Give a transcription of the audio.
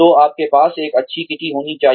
तो आपके पास एक अच्छी किटी होनी चाहिए